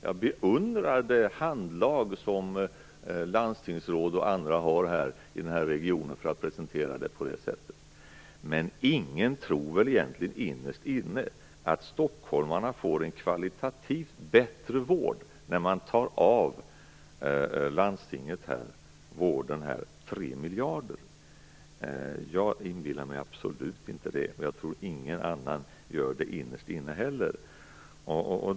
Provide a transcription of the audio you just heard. Jag beundrar det handlag som landstingsråd och andra i den här regionen har för att kunna presentera det på det sättet. Ingen tror väl innerst inne att stockholmarna får en kvalitativt bättre vård när man tar ifrån landstinget, vården, 3 miljarder. Jag inbillar mig absolut inte det, och jag tror att ingen annan gör det innerst inne heller.